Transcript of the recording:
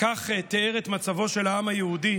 כך תיאר את מצבו של העם היהודי